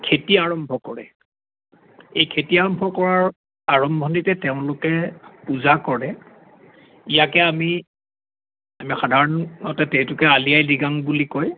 খেতি আৰম্ভ কৰে এই খেতি আৰম্ভ কৰাৰ আৰম্ভণিতে তেওঁলোকে পূজা কৰে ইয়াকে আমি সাধাৰণতে সেইটোকে আলি আই লৃগাং বুলি কয়